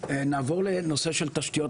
נעבור לנושא של תשתיות